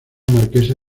marquesa